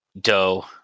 doe